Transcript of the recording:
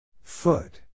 Foot